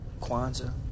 Kwanzaa